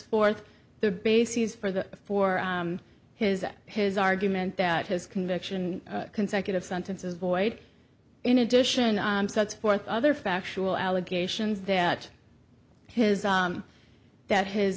forth the bases for the for his his argument that his conviction consecutive sentences void in addition sets forth other factual allegations that his that